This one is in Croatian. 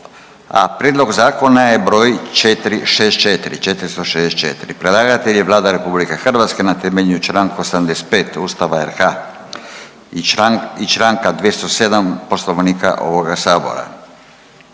Prijedlog zakona broj 307. Predlagatelj je Vlada Republike Hrvatske na temelju članka 85. Ustava RH i članka 172. a u vezi sa